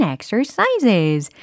Exercises